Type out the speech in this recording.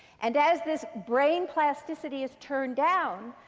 and as this brain plasticity is turned down,